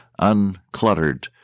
uncluttered